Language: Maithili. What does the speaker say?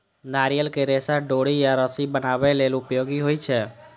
नारियल के रेशा डोरी या रस्सी बनाबै लेल उपयोगी होइ छै